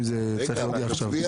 אם צריך להודיע על זה עכשיו.